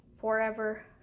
forever